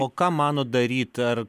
o ką manot daryt ar